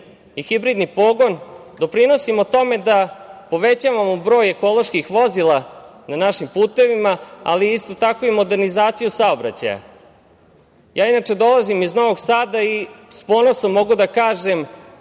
i hibridni pogon, doprinosimo tome da povećavamo broj ekoloških vozila na našim putevima, ali isto tako i modernizaciju saobraćaja. Ja inače dolazim iz Novog Sada i sa ponosom mogu da kažem